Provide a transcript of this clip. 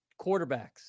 Quarterbacks